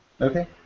Okay